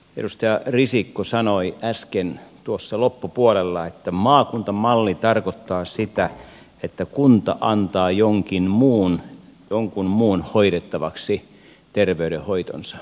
ministeri risikko sanoi äsken tuossa loppupuolella että maakuntamalli tarkoittaa sitä että kunta antaa jonkun muun hoidettavaksi terveydenhoitonsa